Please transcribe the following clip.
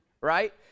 Right